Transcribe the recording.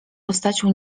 postacią